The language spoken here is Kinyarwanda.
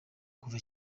kuva